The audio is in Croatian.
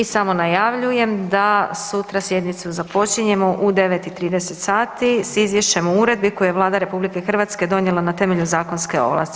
Samo najavljujem da sutra sjednicu započinjemo u 9,30 sati s Izvješćem o uredbi koju je Vlada RH donijela na temelju zakonske ovlasti.